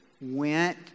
went